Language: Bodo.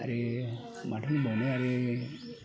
आरो माथो बुंबावनो आरो